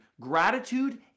Gratitude